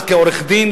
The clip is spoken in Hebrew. אז כעורך-דין,